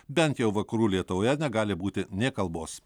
bent jau vakarų lietuvoje negali būti nė kalbos